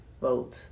vote